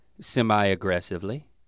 semi-aggressively